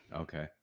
okay